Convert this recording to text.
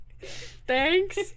thanks